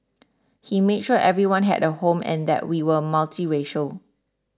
he made sure everyone had a home and that we were multiracial